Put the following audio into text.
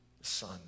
son